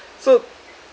so